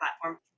platform